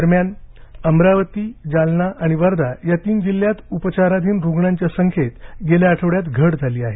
दरम्यान अमरावती जालना आणि वर्धा या तीन जिल्ह्यांत उपचाराधीन रुग्णांच्या संख्या गेल्या आठवड्यात घट झाली आहे